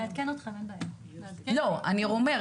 בכל מקרה